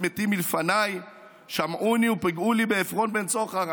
מתי מלפני שמעוני ופגעו לי בעפרון בן צחר".